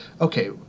okay